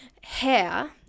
hair